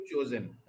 chosen